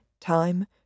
time